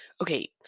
Okay